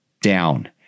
down